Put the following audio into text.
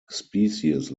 species